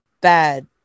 bad